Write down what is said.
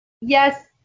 yes